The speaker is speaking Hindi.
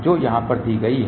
जो यहाँ पर दी गई हैं